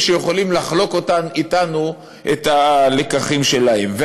שיכולים לחלוק אתנו את הלקחים שלהם.